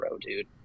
dude